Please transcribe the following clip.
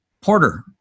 Porter